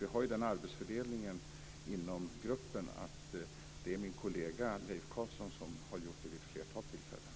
Vi har den arbetsfördelningen inom gruppen att det är min kollega Leif Carlson som har gjort det vid ett flertal tillfällen.